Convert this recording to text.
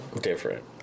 Different